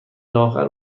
لاغر